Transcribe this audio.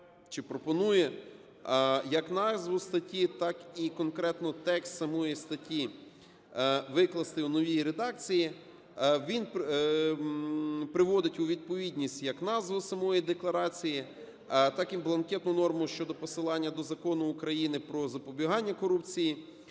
чи пропонує як назву статті, так і конкретно текст самої статті, викласти у новій редакції. Він приводить у відповідність як назву самої декларації, так і бланкетну норму щодо посилання до Закону України "Про запобігання корупції".